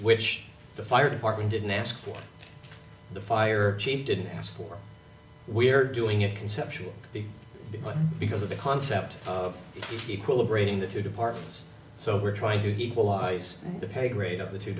which the fire department didn't ask for the fire chief didn't ask for we're doing it conceptually big because of the concept of equilibrating the two departments so we're trying to equalize the pay grade of the two